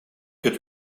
het